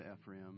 Ephraim